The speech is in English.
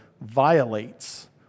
violates